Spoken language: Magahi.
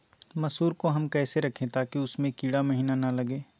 मसूर को हम कैसे रखे ताकि उसमे कीड़ा महिना लगे?